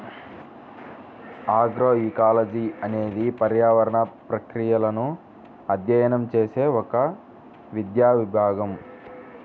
agroecology అనేది పర్యావరణ ప్రక్రియలను అధ్యయనం చేసే ఒక విద్యా విభాగం